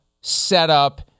setup